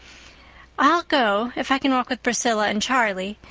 i'll go, if i can walk with priscilla and charlie.